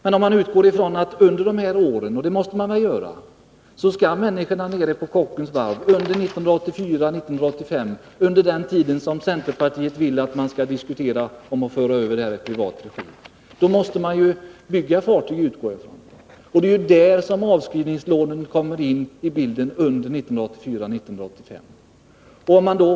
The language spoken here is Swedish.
Men verkligheten är ändå den att under den tid centern vill diskutera att föra över varvet till privat regi måste man under 1984 85.